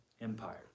empire